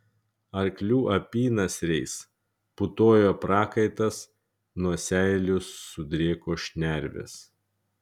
arklių apynasriais putojo prakaitas nuo seilių sudrėko šnervės